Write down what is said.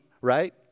right